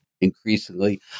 increasingly